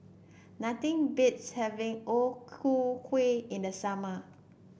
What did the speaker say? nothing beats having O Ku Kueh in the summer